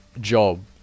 job